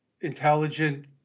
intelligent